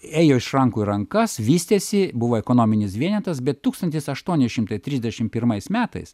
ėjo iš rankų į rankas vystėsi buvo ekonominis vienetas bet tūkstantis aštuoni šimtai trisdešimt pirmais metais